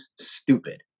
Stupid